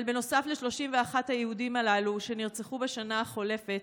אבל בנוסף ל-31 היהודים הללו שנרצחו בשנה החולפת,